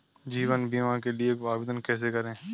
जीवन बीमा के लिए आवेदन कैसे करें?